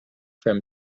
from